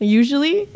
usually